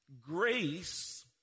Grace